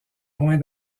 loin